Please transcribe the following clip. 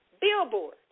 Billboard